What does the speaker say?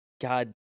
God –